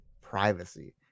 privacy